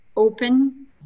open